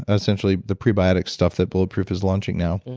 essentially the probiotic stuff that bulletproof is launching now.